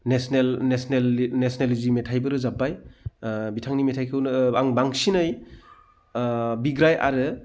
national जि मेथाइबो रोजाबबाय बिथांनि मेथाइखौनो आं बांसिनै बिग्राय आरो